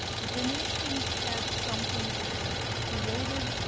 the venetians had something that they created,